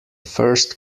first